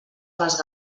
les